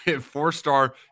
Four-star